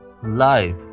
Life